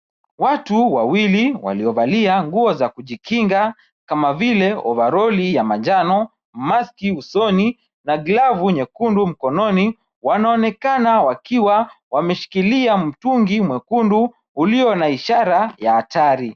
Watu wawili waliovalia nguo za kujikinga kama vile ovaroli ya manjano, maski usoni, na glavu nyekundu mkononi, wanaonekana wakiwa wameshikilia mtungi mwekundu ulio na ishara ya hatari.